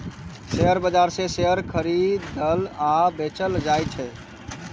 share बाजार मे share खरीदल आ बेचल जाइ छै